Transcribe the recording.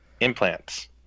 implants